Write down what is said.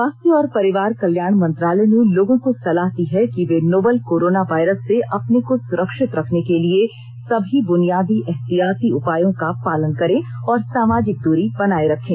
स्वास्थ्य और परिवार कल्याण मंत्रालय ने लोगों को सलाह दी है कि वे नोवल कोरोना वायरस से अपने को सुरक्षित रखने के लिए सभी बुनियादी एहतियाती उपायों का पालन करें और सामाजिक दूरी बनाए रखें